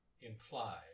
imply